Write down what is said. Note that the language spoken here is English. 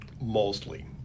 mostly